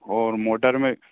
और मोटर में